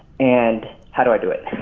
and how do i do it?